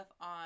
on